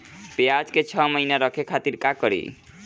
प्याज के छह महीना रखे खातिर का करी?